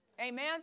Amen